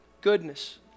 goodness